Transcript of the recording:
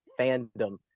fandom